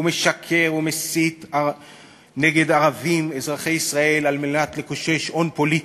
ומשקר ומסית נגד ערבים אזרחי ישראל על מנת לקושש הון פוליטי.